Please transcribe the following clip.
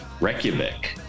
Reykjavik